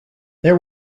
there